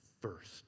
first